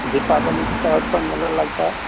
दीपावली के तरफ का मेला लगता है